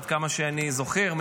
עד כמה שאני זוכר,